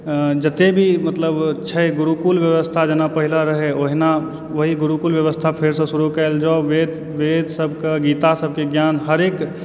जते भी मतलब छै गुरुकुल ब्यबस्था जेना पहिला रहै ओहिना ओहि गुरूकुल ब्यबस्था फेरसँ शुरू कएल जाउ वेद वेद सभके गीता सभके ज्ञान हरेक